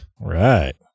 Right